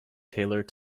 tailored